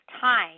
time